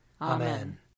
Amen